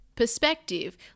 perspective